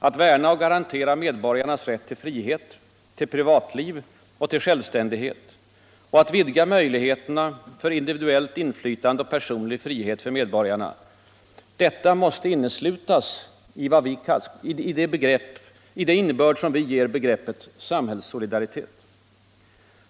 Att värna och garantera medborgarnas rätt till frihet, till privatliv och till självständighet, och att vidga möjligheterna för individuellt inflytande och personlig frihet för medborgarna — detta måste inneslutas i den innebörd som vi ger begreppet samhällssolidaritet.